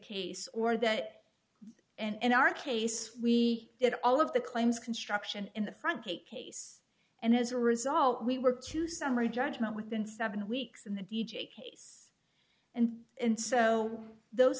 case or that and in our case we did all of the claims construction in the front gate case and as a result we were to summary judgment within seven weeks in the d j case and in so those